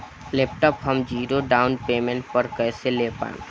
Laptop हम zero down payment पर कैसे ले पाएम?